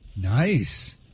Nice